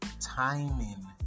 timing